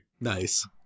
nice